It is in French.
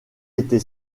était